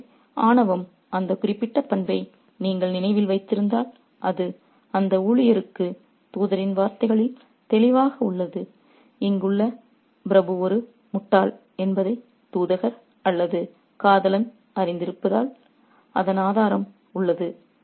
ஆகவே ஆணவம் அந்த குறிப்பிட்ட பண்பை நீங்கள் நினைவில் வைத்திருந்தால் அது அந்த ஊழியருக்கு தூதரின் வார்த்தைகளில் தெளிவாக உள்ளது இங்குள்ள பிரபு ஒரு முட்டாள் என்பதை தூதர் அல்லது காதலன் அறிந்திருப்பதில் அதன் ஆதாரம் உள்ளது